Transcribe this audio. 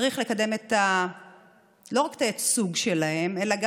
צריך לקדם לא רק את הייצוג שלהן אלא גם